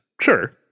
Sure